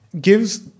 gives